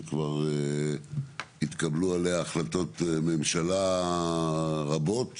שכבר התקבלו עליה החלטות ממשלה רבות,